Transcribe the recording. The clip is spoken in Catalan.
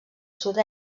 sud